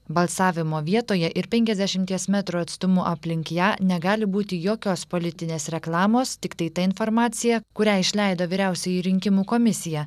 balsavimo vietoje ir penkiasdešimies metrų atstumu aplink ją negali būti jokios politinės reklamos tiktai ta informacija kurią išleido vyriausioji rinkimų komisija